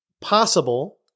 possible